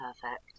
perfect